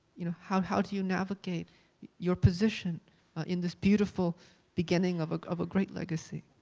you know, how how do you navigate your position in this beautiful beginning of of a great legacy?